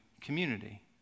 community